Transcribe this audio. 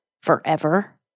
forever